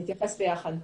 אנחנו נתייחס ביחד.